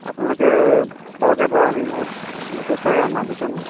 আপোনালোকে সৰহকৈ পায় আমি বহুত নোপোচায়ে আমাৰ বুইছেনে